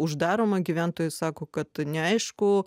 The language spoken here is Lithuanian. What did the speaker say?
uždaroma gyventojai sako kad neaišku